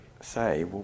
say